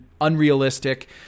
unrealistic